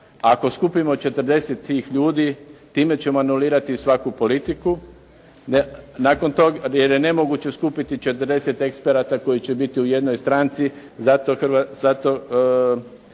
Ako skupimo 40 tih ljudi, time ćemo nulirati svaku politiku, jer je nemoguće skupiti 40 eksperata koji će biti u jednoj stranci. Zato Hrvatska